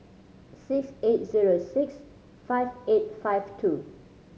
six eight zero six five eight five two